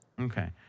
Okay